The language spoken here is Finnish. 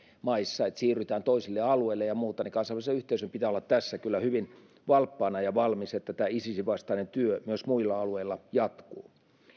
maissa olisi isisin kannattajia että siirrytään toisille alueille ja muuta niin kansainvälisen yhteisön pitää olla tässä kyllä hyvin valppaana ja valmis niin että tämä isisin vastainen työ myös muilla alueilla jatkuu